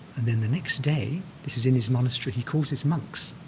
and then, the next day, this is in his monastery, he calls his monks,